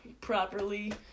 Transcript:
properly